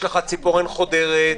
יש לך ציפורן חודרת,